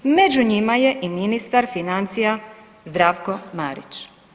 Među njima je i ministar financija Zdravko Marić.